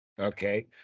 Okay